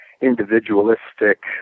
individualistic